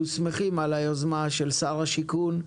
אנחנו שמחים על היוזמה של שר השיכון,